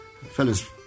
fellas